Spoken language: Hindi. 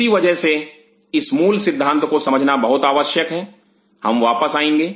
इसी वजह से इस मूल सिद्धांत को समझना बहुत आवश्यक है हम वापस आएँगे